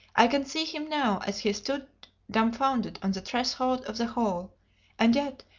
i can see him now as he stood dumfounded on the threshold of the hall and yet,